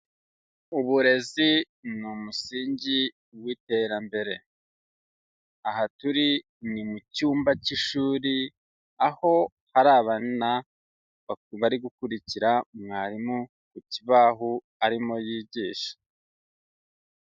Uburezi ni umusingi w'iterambere, aha turi ni mu cyumba cy'ishuri, aho hari abana bari gukurikira mwarimu ku kibahu arimo yigisha.